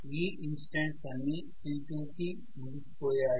ఈ ఇన్స్టెంట్స్ అన్నీ t2 కి ముగిసిపోయాయి